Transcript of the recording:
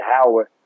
Howard